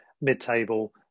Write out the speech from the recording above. mid-table